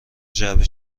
جعبه